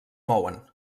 mouen